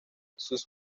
sus